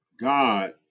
God